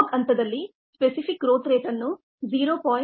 log ಹಂತದಲ್ಲಿ specific growth rate ಅನ್ನು 0